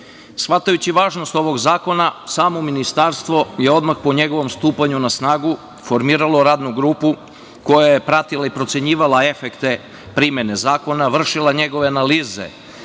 važnost ovog zakona samo Ministarstvo je odmah po njegovom stupanju na snagu formiralo radnu grupu koja je pratila i procenjivala efekte primene zakona, vršila njegove analize